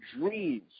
dreams